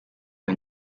nka